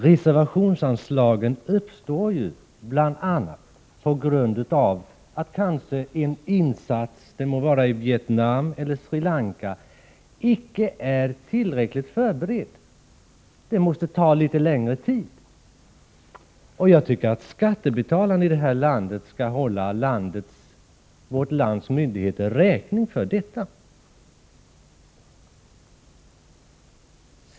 Reservationsanslagen uppstår ju bl.a. på grund av att en insats — det må vara i Vietnam eller i Sri Lanka — kanske icke är tillräckligt förberedd. Det måste ta litet längre tid. Jag tycker att skattebetalarna skall hålla vårt lands myndigheter räkning för detta.